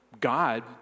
God